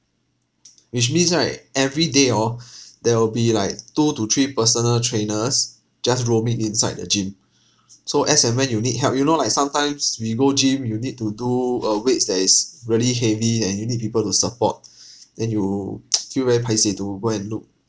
which means right every day orh there will be like two to three personal trainers just roaming inside the gym so as and when you need help you know like sometimes we go gym you need to do uh weights that is really heavy then you need people to support then you feel very paiseh to go and look